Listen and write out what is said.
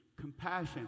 Compassion